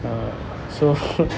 uh so